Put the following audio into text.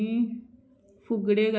जाल्यार तो म्हाका